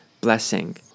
blessing